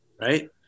Right